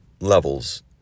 levels